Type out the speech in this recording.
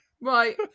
Right